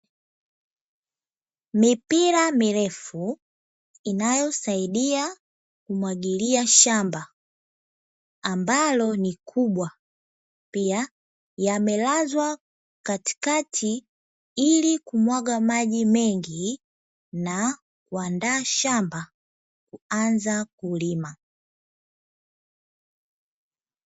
Mipira mirefu, inayosaidia kumwagilia shamba, ambalo ni kubwa; pia yamelazwa katikati ili kumwaga maji mengi na kuandaa shamba kuanza kulima.